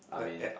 I mean